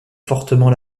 fortement